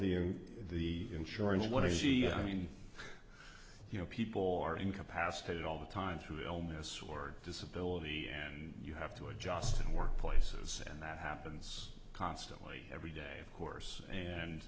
in the insurance what is she i mean you know people are incapacitated all the time through illness or disability and you have to adjust and work places and that happens constantly every day course and